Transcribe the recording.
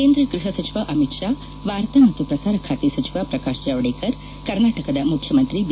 ಕೇಂದ್ರ ಗ್ಲಹ ಸಚಿವ ಅಮಿತ್ ಶಾ ವಾರ್ತಾ ಮತ್ತು ಪ್ರಸಾರ ಬಾತೆ ಸಚಿವ ಪ್ರಕಾಶ್ ಜಾವಡೇಕರ್ ಕರ್ನಾಟಕದ ಮುಖ್ಯಮಂತ್ರಿ ಬಿ